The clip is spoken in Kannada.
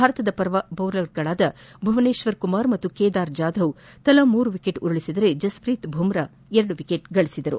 ಭಾರತದ ಪರ ಬೌಲರ್ಗಳಾದ ಭುವನೇಶ್ವರ್ ಕುಮಾರ್ ಮತ್ತು ಕೇದಾರ್ ಜಾಧವ್ ತಲಾ ಮೂರು ವಿಕೆಟ್ ಉರುಳಿಸಿದರೆ ಜಸ್ಪ್ರಿತ್ ಬುಮ್ರಾ ಎರಡು ವಿಕೆಟ್ ಗಳಿಸಿದರು